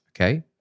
Okay